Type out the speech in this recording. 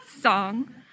song